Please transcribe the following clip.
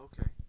Okay